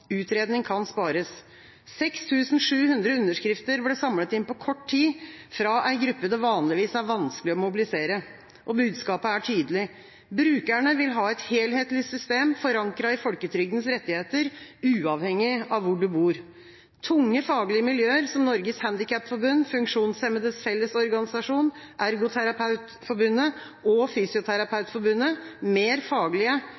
Utredning kan spares. 6 700 underskrifter ble samlet inn på kort tid fra en gruppe det vanligvis er vanskelig å mobilisere, og budskapet er tydelig: Brukerne vil ha et helhetlig system, forankret i folketrygdens rettigheter – uavhengig av hvor du bor. Tunge faglige miljøer, som Norges Handikapforbund, Funksjonshemmedes Fellesorganisasjon, Ergoterapeutforbundet og Fysioterapeutforbundet, mer faglige